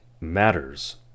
matters